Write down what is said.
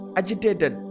agitated